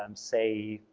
um say,